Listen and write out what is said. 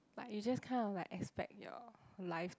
like you just kind of like expect your life to